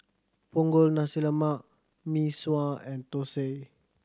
Punggol Nasi Lemak Mee Sua and thosai